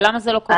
למה זה לא קורה?